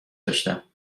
داشتم